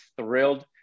thrilled